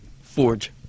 Forge